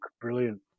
brilliant